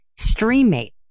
StreamMate